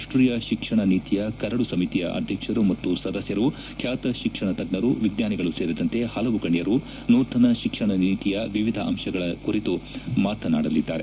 ರಾಷ್ಟೀಯ ಶಿಕ್ಷಣ ನೀತಿಯ ಕರಡು ಸಮಿತಿಯ ಅಧ್ವಕ್ಷರು ಮತ್ತು ಸದಸ್ಕರು ಖ್ಯಾತ ಶಿಕ್ಷಣ ತಜ್ಞರು ವಿಜ್ವಾನಿಗಳು ಸೇರಿದಂತೆ ಪಲವು ಗಣ್ಣರು ನೂತನ ಶಿಕ್ಷಣ ನೀತಿಯ ವಿವಿಧ ಅಂತಗಳನ್ನು ಕುರಿತು ಮಾತನಾಡಲಿದ್ದಾರೆ